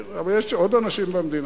אבל יש עוד אנשים במדינה,